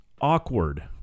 awkward